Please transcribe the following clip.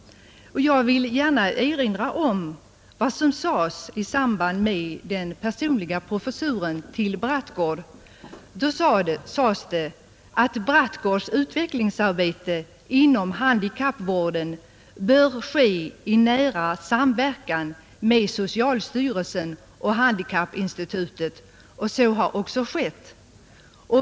Jag vill gärna erinra om vad som sades i samband med inrättandet av den personliga professuren för Sven-Olof Brattgård. Det sades att ”Brattgårds utvecklingsarbete inom handikappvården bör kunna ske i nära samverkan med socialstyrelsen och handikappinstitutet”. Så har också skett.